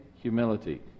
humility